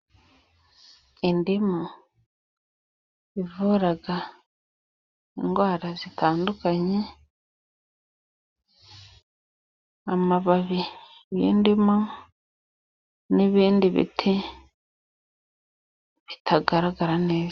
Indimu ivura indwara zitandukanye, amababi y'indimu n'ibindi biti bitagaragara neza.